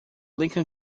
lincoln